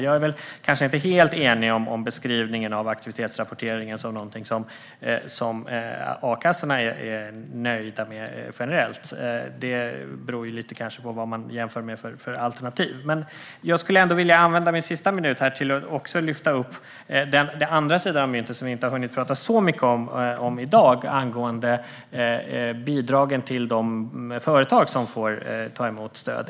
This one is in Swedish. Jag är inte helt enig med ministern om beskrivningen av aktivitetsrapporteringen som något som a-kassorna generellt är nöjda med. Det beror nog lite på vilka alternativ man jämför med. Jag vill använda min sista minut till att lyfta upp den andra sidan av myntet, som vi inte har hunnit tala så mycket om i dag. Det gäller bidragen till de företag som tar emot stöd.